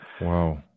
Wow